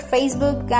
Facebook